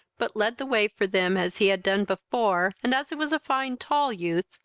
but led the way for them as he had done before, and, as he was a fine tall youth,